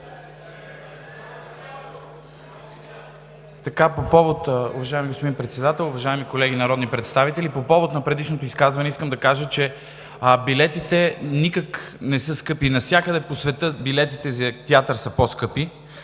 БУДИНОВ (ГЕРБ): Уважаеми господин Председател, уважаеми колеги народни представители, по повод на предишното изказване искам да кажа, че билетите никак не са скъпи. Навсякъде по света билетите за театър са по-скъпи.